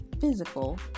physical